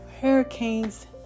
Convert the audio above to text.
hurricanes